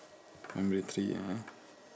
primary three ya